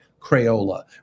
Crayola